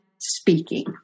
speaking